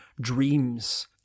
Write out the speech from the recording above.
dreams